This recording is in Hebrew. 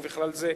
ובכלל זה,